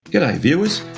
yeah viewers,